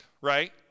Right